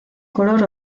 color